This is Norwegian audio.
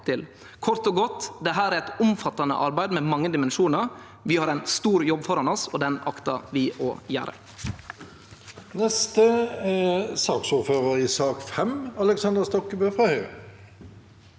Kort og godt: Dette er eit omfattande arbeid med mange dimensjonar. Vi har ein stor jobb framfor oss, og den aktar vi å gjere.